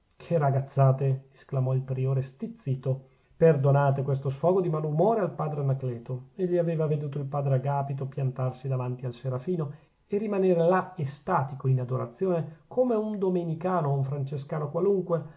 che ragazzate esclamò il priore stizzito perdonate questo sfogo di malumore al padre anacleto egli aveva veduto il padre agapito piantarsi davanti al serafino e rimaner là estatico in adorazione come un domenicano o un francescano qualunque